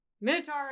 Minotaur